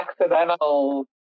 accidental